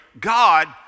God